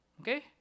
Okay